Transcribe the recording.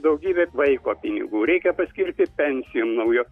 daugybės vaiko pinigų reikia paskirti pensijom naujom